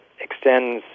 extends